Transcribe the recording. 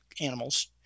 animals